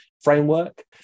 framework